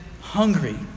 hungry